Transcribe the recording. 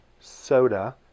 soda